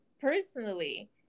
personally